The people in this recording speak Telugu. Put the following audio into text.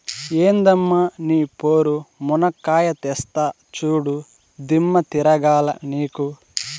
ఎందమ్మ నీ పోరు, మునక్కాయా తెస్తా చూడు, దిమ్మ తిరగాల నీకు